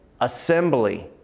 assembly